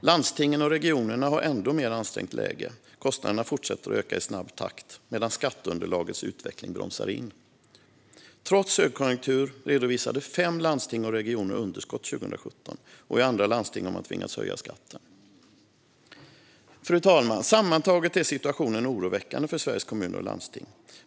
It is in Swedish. Landstingen och regionerna har ett ännu mer ansträngt läge. Kostnaderna fortsätter öka i snabb takt medan skatteunderlagets utveckling bromsar in. Trots högkonjunktur redovisade fem landsting och regioner underskott 2017, och i andra landsting har man tvingats höja skatten. Fru talman! Sammantaget är situationen oroväckande för Sveriges kommuner och landsting.